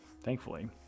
Thankfully